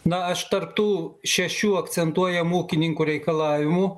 na aš tarp tų šešių akcentuojamų ūkininkų reikalavimų